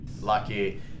Lucky